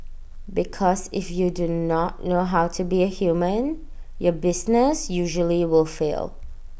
because if you do not know how to be A human your business usually will fail